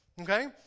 okay